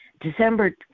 December